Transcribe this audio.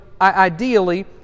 ideally